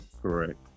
correct